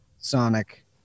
sonic